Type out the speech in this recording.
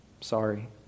Sorry